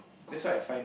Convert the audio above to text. that's why I find